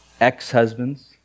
ex-husbands